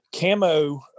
camo